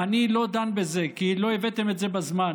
אני לא דן בזה כי לא הבאתם את זה בזמן.